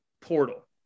portal